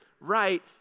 right